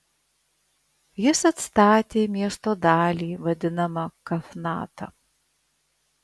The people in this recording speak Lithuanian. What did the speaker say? jis atstatė miesto dalį vadinamą kafnata